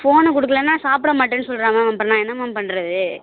ஃபோனை கொடுக்கலன்னா சாப்பிடமாட்டேன்னு சொல்கிறான் மேம் அப்புறம் நான் என்ன மேம் பண்ணுறது